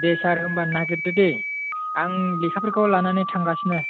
दे सार होमबा नागिरदो दे आं लेखाफोरखौ लानानै थांगासिनो